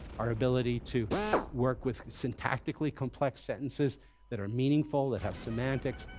our ability to work with syntactically complex sentences that are meaningful, that have semantics,